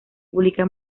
pública